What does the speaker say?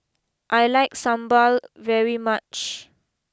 I like Sambal very much